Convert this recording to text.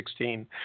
2016